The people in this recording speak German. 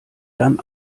dann